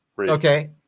Okay